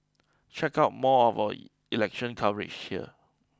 check out more of our election coverage here